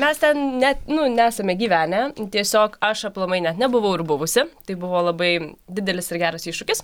mes ten net nu nesame gyvenę tiesiog aš aplamai net nebuvau ir buvusi tai buvo labai didelis ir geras iššūkis